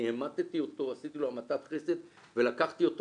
אני עשיתי לו המתת חסד ולקחתי אותו